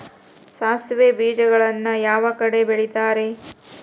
ಸಾಸಿವೆ ಬೇಜಗಳನ್ನ ಯಾವ ಕಡೆ ಬೆಳಿತಾರೆ?